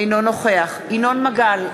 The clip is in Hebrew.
אינו נוכח ינון מגל,